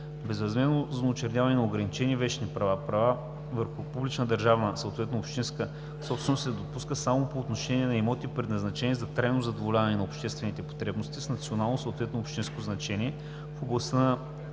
Безвъзмездно учредяване на ограничените вещни права върху публична държавна, съответно общинска собственост се допуска само по отношение на имоти, предназначени за трайно задоволяване на обществени потребности с национално, съответно общинско значение в областта на